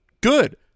good